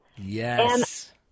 Yes